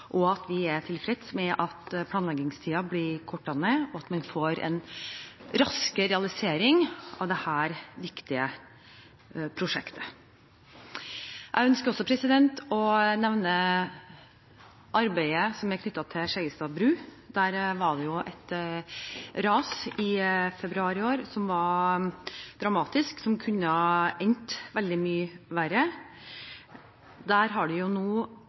ett prosjekt. Vi er tilfreds med at planleggingstiden blir kortet ned, og at man får en raskere realisering av dette viktige prosjektet. Jeg ønsker også å nevne arbeidet som er knyttet til Skjeggestad bru. Der var det et ras i februar i år som var dramatisk, som kunne ha endt veldig mye verre. Der har